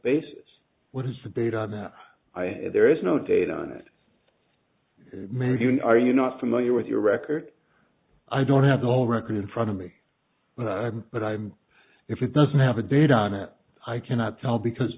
basis what is the bait on that there is no data on it megan are you not familiar with your record i don't have the whole record in front of me but i but i'm if it doesn't have a date on it i cannot tell because